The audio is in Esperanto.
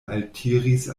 altiris